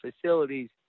facilities